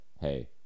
hey